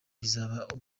bizaba